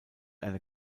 eine